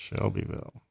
Shelbyville